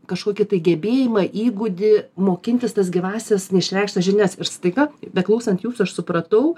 kažkokį tai gebėjimą įgūdį mokintis tas gyvąsias neišreikštas žinias ir staiga beklausant jūsų aš supratau